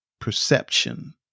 perception